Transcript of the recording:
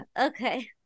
Okay